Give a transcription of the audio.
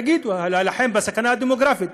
תגידו: להילחם בסכנה הדמוגרפית.